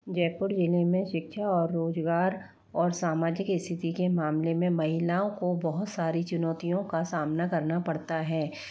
जयपुर जिले में शिक्षा और रोजगार और सामाजिक स्थिति के मामले में महिलाओं को बहुत सारी चुनौतियों का सामना करना पड़ता है